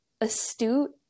astute